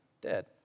dead